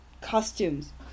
costumes